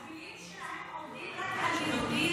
הכלים שלהם עובדים רק על יהודים?